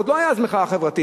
אז עוד לא היתה מחאה חברתית,